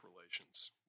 relations